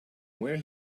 where